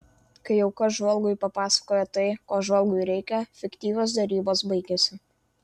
kai auka žvalgui papasakoja tai ko žvalgui reikia fiktyvios derybos baigiasi